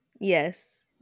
Yes